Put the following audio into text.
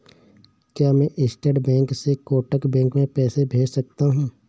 क्या मैं state bank से कोटक बैंक में पैसे भेज सकता हूँ?